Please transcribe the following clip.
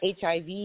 HIV